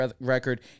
record